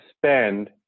spend